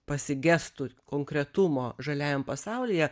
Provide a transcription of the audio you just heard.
pasigestų konkretumo žaliajam pasaulyje